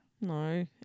No